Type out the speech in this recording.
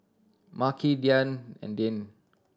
Makhi Diann and Deane